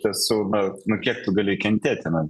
tą siaubą nu kiek tu gali kentėti na